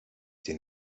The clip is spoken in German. den